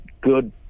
good